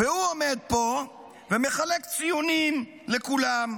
והוא עומד פה ומחלק ציונים לכולם,